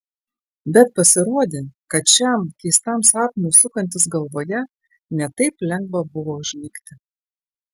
bet pasirodė kad šiam keistam sapnui sukantis galvoje ne taip lengva buvo užmigti